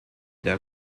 der